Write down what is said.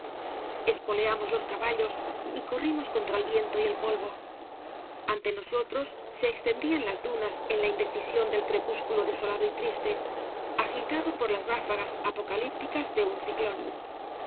espoleamos los caballos y corrimos contra el viento y el polvo ante nosotros se extendían las dunas en la indecisión del crepúsculo desolado y triste agitado por las ráfagas apocalípticas de un ciclón